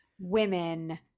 women